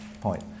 point